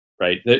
right